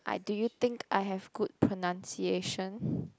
I do you think I have good pronunciation